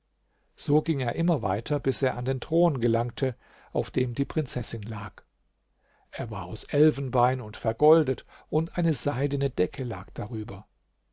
so ging er immer weiter bis er an den thron gelangte auf dem die prinzessin lag er war aus elfenbein und vergoldet und eine seidene decke lag darüber